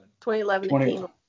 2011